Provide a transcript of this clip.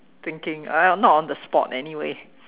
thinking !aiya! not on the spot anyway